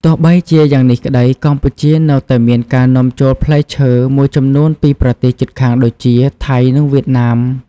ទោះបីជាយ៉ាងនេះក្តី កម្ពុជានៅតែមានការនាំចូលផ្លែឈើមួយចំនួនពីប្រទេសជិតខាងដូចជា ថៃ និងវៀតណាម។